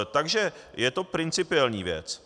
Takže je to principiální věc.